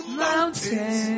mountains